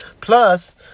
plus